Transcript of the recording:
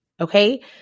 okay